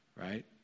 right